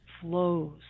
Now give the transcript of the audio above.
flows